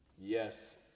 yes